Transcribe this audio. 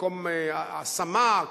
מקום השמה,